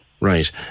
Right